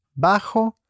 bajo